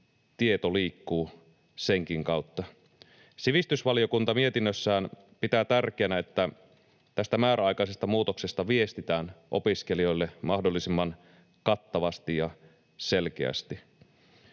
tieto liikkuu senkin kautta. Sivistysvaliokunta mietinnössään pitää tärkeänä, että tästä määräaikaisesta muutoksesta viestitään opiskelijoille mahdollisimman kattavasti ja selkeästi.